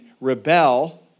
rebel